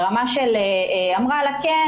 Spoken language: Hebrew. היא אמרה לה: כן,